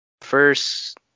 first